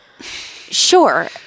Sure